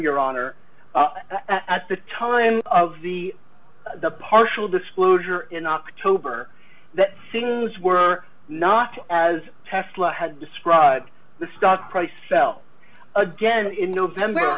your honor at the time of the the partial disclosure in october that signals were not as peplum had described the stock price fell again in november